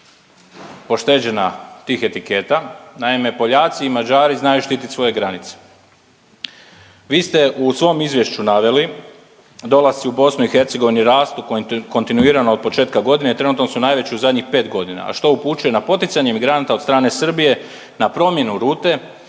pošteđena tih etiketa. Naime, Poljaci i Mađari znaju štitit svoje granice. Vi ste u svom izvješću naveli dolasci u BIH rastu kontinuirano od početka godine, trenutno su najveći u zadnjih 5 godina, a što upućuje na poticanje imigranata od strane Srbije na promjenu rute